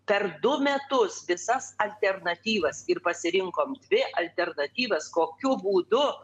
per du metus visas alternatyvas ir pasirinkom dvi alternatyvas kokiu būdu